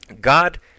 God